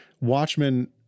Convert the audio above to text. Watchmen